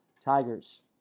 Tigers